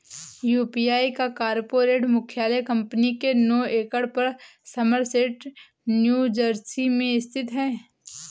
UPI का corporate मुख्यालय कंपनी के नौ एकड़ पर समरसेट न्यू जर्सी में स्थित है